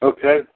Okay